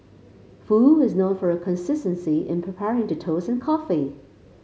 foo is known for her consistency in preparing the toast and coffee